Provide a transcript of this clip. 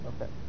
Okay